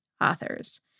authors